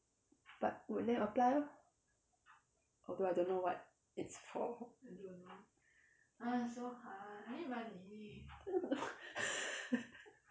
but would then apply lor although I don't know what it's for